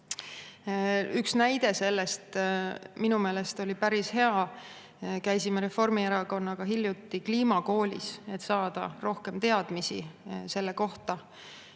Üks näide oli minu meelest päris hea. Käisime Reformierakonnaga hiljuti kliimakoolis, et saada rohkem teadmisi selle [teema]